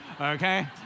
Okay